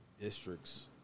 districts